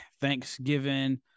thanksgiving